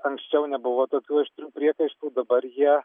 anksčiau nebuvo tokių aštrių priekaištų dabar jie